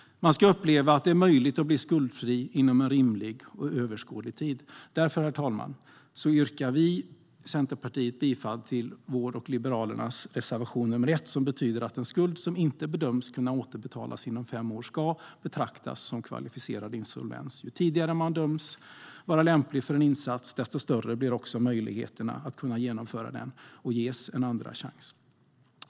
Man ska uppleva att det är möjligt att bli skuldfri inom en rimlig och överskådlig tid. Därför, herr talman, yrkar jag bifall till Centerpartiets och Liberalernas reservation 1, som betyder att en skuld som inte bedöms kunna återbetalas inom fem år ska betraktas som kvalificerad insolvens. Ju tidigare man bedöms vara lämplig för en insats, desto större blir ens möjligheter att genomföra den och ges en andra chans.